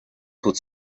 put